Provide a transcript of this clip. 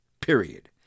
Period